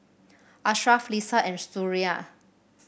Ashraf Lisa and Suria